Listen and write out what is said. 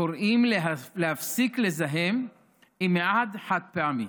קוראים להפסיק לזהם עם מעט חד-פעמי.